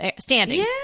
standing